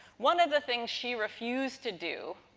one of the things she refused to do,